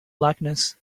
blackness